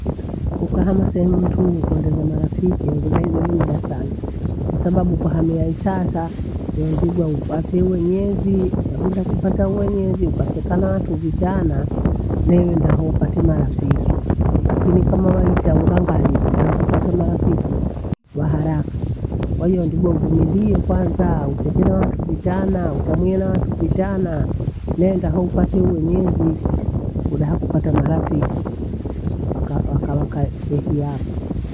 Ukahama sehemu ntu kuondeza marafiki yawengeza ile mda sana. Kwasababu kwahamia hesasa, ewondingwa upate mwenyezi, ukabinda kupata mwenyezi ukaseka natu vitana newenda hoo upate marafiki. Lakini kama waita ungangari daah akupata marafiki wa haraka. Kwahiyo ndugu avumilie kwanza useke na watu vitana, utamwia na watu vitana, nenda hoo hupate uwenyezi. Wakudaha kupata marafiki waka waka hehi yako.